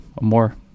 more